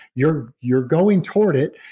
you're you're going toward it,